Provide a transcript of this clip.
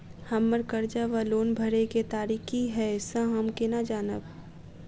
हम्मर कर्जा वा लोन भरय केँ तारीख की हय सँ हम केना जानब?